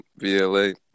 VLA